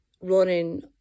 running